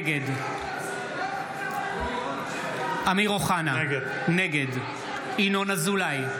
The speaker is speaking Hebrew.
נגד אמיר אוחנה, נגד ינון אזולאי,